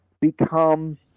become